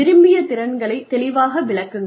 விரும்பிய திறன்களை தெளிவாக விளக்குங்கள்